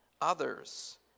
others